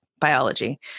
biology